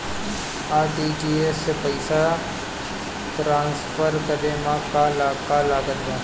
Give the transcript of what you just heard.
RTGS से पईसा transfer करे मे का का लागत बा?